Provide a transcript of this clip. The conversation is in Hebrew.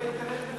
מדלגים,